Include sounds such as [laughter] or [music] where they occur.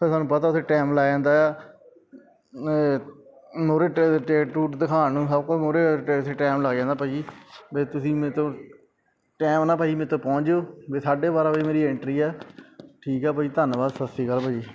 ਫਿਰ ਤੁਹਾਨੂੰ ਪਤਾ ਉੱਥੇ ਟਾਈਮ ਲੱਗ ਜਾਂਦਾ ਆ ਮੂਹਰੇ ਟਿ ਟਿਕਟ ਟੁੱਕਟ ਦਿਖਾਉਣ ਨੂੰ ਸਭ ਤੋਂ ਮੂਹਰੇ ਟਾਈਮ ਲੱਗ ਜਾਂਦਾ ਭਾਅ ਜੀ ਅਤੇ ਤੁਸੀਂ ਮੇਰੇ ਤੋਂ [unintelligible] ਟਾਈਮ ਨਾਲ ਭਾਅ ਜੀ ਮੇਰੇ ਤੋਂ ਪਹੁੰਚ ਜਾਇਓ ਵੀ ਸਾਢੇ ਬਾਰਾਂ ਵਜੇ ਮੇਰੀ ਐਂਟਰੀ ਆ ਠੀਕ ਆ ਭਾਅ ਜੀ ਧੰਨਵਾਦ ਸਤਿ ਸ਼੍ਰੀ ਅਕਾਲ ਭਾਅ ਜੀ